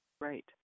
Right